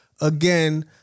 Again